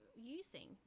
using